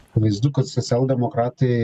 akivaizdu kad socialdemokratai